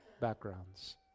backgrounds